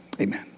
amen